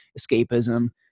escapism